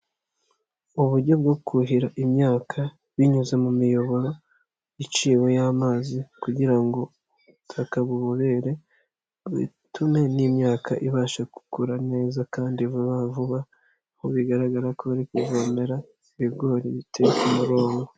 Uburyo bwo kuhira imyaka binyuze mu miyoboro iciwe y'amazi kugira ngo ubutaka bubobere bitume n'imyaka ibasha gukura neza kandi vuba vuba, aho bigaragara ko bari kuvomera ibigori biteye ku murongo.